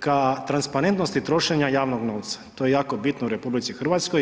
ka transparentnosti trošenja javnog novca, to je jako bitno u RH.